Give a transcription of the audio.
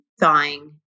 thawing